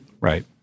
Right